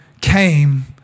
came